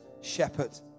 shepherd